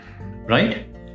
right